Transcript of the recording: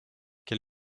quel